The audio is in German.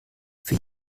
für